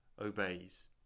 obeys